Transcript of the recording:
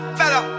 fella